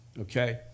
okay